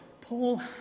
Paul